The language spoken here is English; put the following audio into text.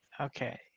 Okay